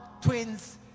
twins